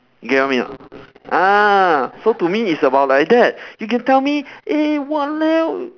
get what I mean or not ah so to me it's about like that you can tell me eh !waliao!